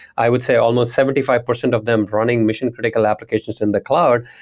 i would say almost seventy five percent of them running mission-critical applications in the cloud,